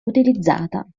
utilizzata